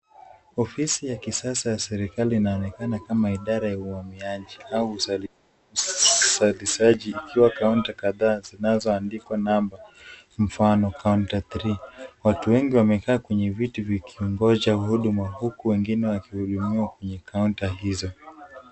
Ofisi ga kisasa ya serikali inayoonekana kama idara ya uhamiaji au usalisaji ikiwa na kaunta kadhaa zilizoandikwa namba. Watu wengi wamekaa kwenye viti wakingoja huduma huku wengine wakihudumiwa kwenye kaunta hizo.